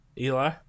Eli